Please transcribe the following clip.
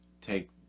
take